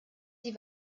sie